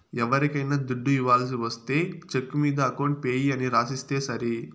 ఎవరికైనా దుడ్డు ఇవ్వాల్సి ఒస్తే చెక్కు మీద అకౌంట్ పేయీ అని రాసిస్తే సరి